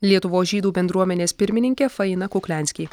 lietuvos žydų bendruomenės pirmininkė faina kukliansky